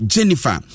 Jennifer